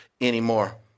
anymore